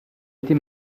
était